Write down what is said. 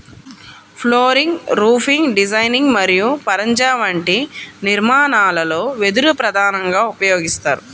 flooring, roofing designing మరియు పరంజా వంటి నిర్మాణాలలో వెదురు ప్రధానంగా ఉపయోగిస్తారు